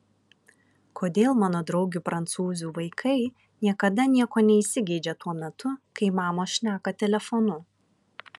kodėl mano draugių prancūzių vaikai niekada nieko neįsigeidžia tuo metu kai mamos šneka telefonu